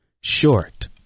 Short